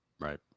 Right